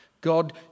God